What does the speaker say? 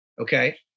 okay